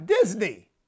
Disney